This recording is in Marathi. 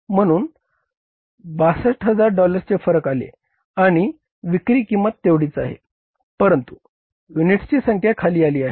म्हणून 62000 डॉलर्सचे फरक आले आणि विक्री किंमत तेवढीच आहे परंतु युनिट्सची संख्या खाली आली आहे